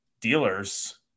dealers